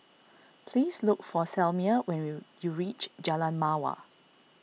please look for Selmer when you reach Jalan Mawar